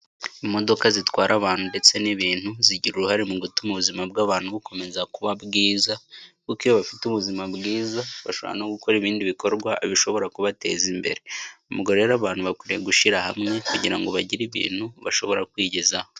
Imodoka zitwara abantu ndetse n'ibintu zigira uruhare mu gutuma ubuzima bw'abantu bukomeza kuba bwiza, kuko iyo bafite ubuzima bwiza bashobora no gukora ibindi bikorwa bishobora kubateza imbere, ubwo rero abantu bakwiye gushyira hamwe kugira ngo bagire ibintu bashobora kwigezaho.